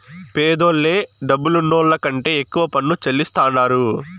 పేదోల్లే డబ్బులున్నోళ్ల కంటే ఎక్కువ పన్ను చెల్లిస్తాండారు